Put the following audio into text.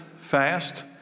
fast